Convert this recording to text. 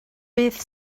beth